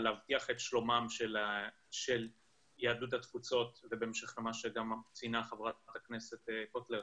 להבטיח את שלום יהדות התפוצות ובהמשך למה שציינה חברת הכנסת קוטלר,